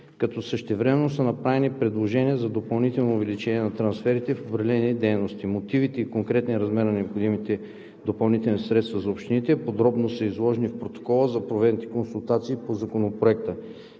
като същевременно са направени предложения за допълнително увеличаване на трансферите в определени дейности. Мотивите и конкретният размер на необходимите допълнителни средства за общините подробно са изложени в протокола за проведените консултации по Законопроекта,